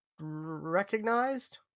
recognized